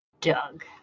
Doug